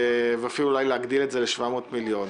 ואולי אפילו להגדיל את זה ל-700 מיליון.